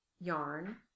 yarn